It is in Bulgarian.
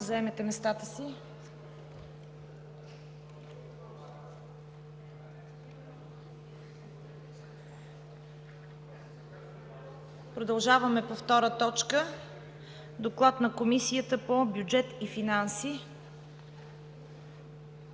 заемете местата си. Продължаваме по втора точка с Доклад на Комисията по бюджет и финанси.